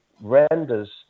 renders